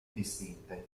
distinte